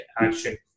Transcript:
action